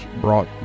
brought